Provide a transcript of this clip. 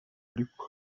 aribwo